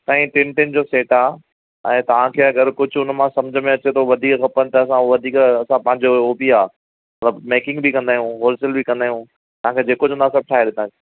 साईं इहो tiny tiny जो सैट आहे हाणे तव्हां खे अगरि कुझु हुन मां समुझ में अचे त वधीक खपनि था असां उहो वधीक असां पंहिंजो उहो बि आहे मतिलबु मेकिंग बि कंदा आहियूं होलसेल बि कंदा आहियूं तव्हां खे जेको चवंदा सभु ठाहे ॾींदा आहियूं